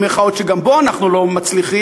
שגם בו אנחנו לא מצליחים,